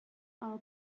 are